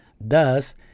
Thus